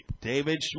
David